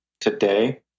today